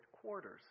quarters